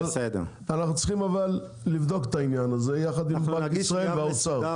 אבל אנחנו צריכים לבדוק את העניין הזה יחד עם בנק ישראל והאוצר.